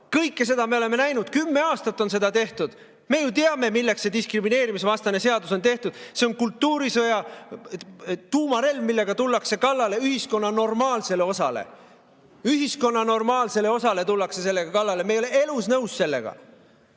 Kõike seda me oleme näinud, kümme aastat on seda tehtud. Me ju teame, milleks see diskrimineerimisvastane seadus on tehtud. See on kultuurisõja tuumarelv, millega tullakse kallale ühiskonna normaalsele osale. Ühiskonna normaalsele osale tullakse sellega kallale. Me ei ole elu sees sellega